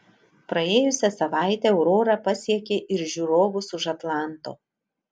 praėjusią savaitę aurora pasiekė ir žiūrovus už atlanto